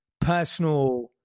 personal